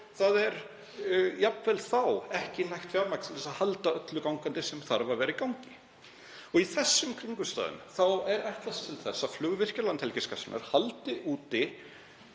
og jafnvel þá er ekki nægt fjármagn til að halda öllu gangandi sem þarf að vera í gangi. Í þessum kringumstæðum er ætlast til þess að flugvirkjar Landhelgisgæslunnar haldi úti